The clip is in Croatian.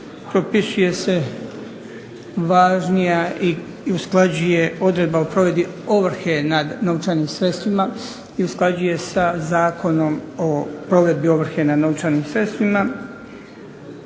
Propisuje važnija i usklađuje odredba o provedbi ovrhe nad novčanim sredstvima i usklađuje sa Zakonom o provedbi ovrhe nad novčanim sredstvima.